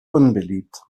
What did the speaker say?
unbeliebt